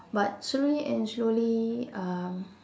but slowly and slowly um